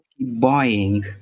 buying